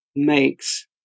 makes